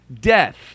death